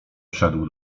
wszedł